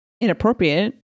inappropriate